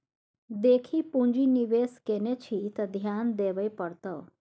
देखी पुंजी निवेश केने छी त ध्यान देबेय पड़तौ